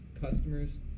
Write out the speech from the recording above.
customers